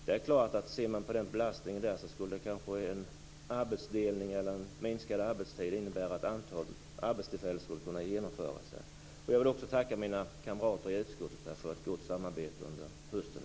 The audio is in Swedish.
Det är klart att sett till belastningen där kanske en arbetsdelning eller en minskad arbetstid skulle kunna innebära att ett antal arbetstillfällen skapades. Jag vill också tacka mina kamrater i utskottet för ett gott samarbete under hösten.